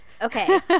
Okay